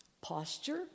posture